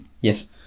yes